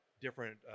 different